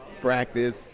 practice